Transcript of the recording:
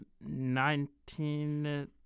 nineteen